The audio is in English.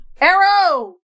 Arrow